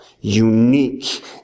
unique